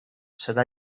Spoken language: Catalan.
serà